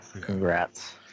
congrats